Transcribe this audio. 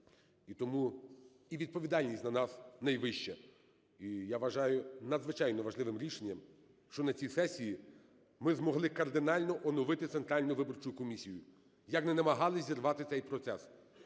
тому і відповідальність на нас найвища. І я вважаю надзвичайно важливим рішенням, що на цій сесії ми змогли кардинально оновити Центральну виборчу комісію, як не намагалися зірвати цей процес.